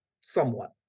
somewhat